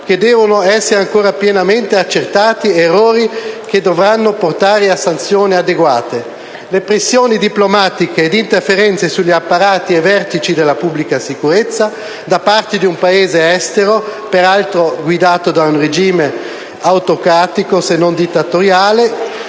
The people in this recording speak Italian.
che devono essere ancora pienamente accertati ed errori che dovranno portare a sanzioni adeguate. Le pressioni diplomatiche e le interferenze sugli apparati e i vertici della Pubblica sicurezza da parte di un Paese estero, peraltro guidato da un regime autocratico se non dittatoriale,